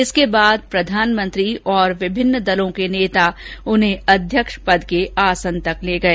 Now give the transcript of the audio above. इसके बाद प्रधानमंत्री और विभिन्न दलों के नेता उन्हें अध्यक्ष के आसन तक ले गए